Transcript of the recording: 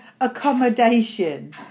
accommodation